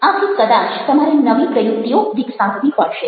આથી કદાચ તમારે નવી પ્રયુક્તિઓ વિકસાવવી પડશે